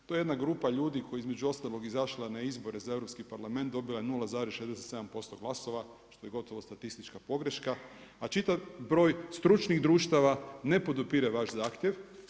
To je jedna grupa ljudi, koja je između ostalog izašla na izbore za Europski parlament, dobila je 0,67% glasova, što je gotovo statistička pogreška, a čitav broj stručnih društava ne podupire vaš zahtjev.